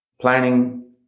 planning